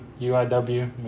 UIW